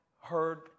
heard